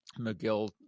mcgill